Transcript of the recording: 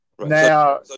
Now